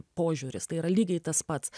požiūris tai yra lygiai tas pats